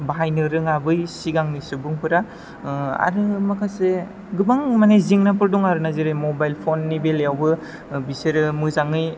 बाहायनो राेङा बै सिगांनि सुबुंफोरा आरो माखासे गोबां माने जेंनाफोर दं आरो ना जेरै मबाइल फननि बेलायावबो बिसोरो मोजाङै